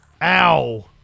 OW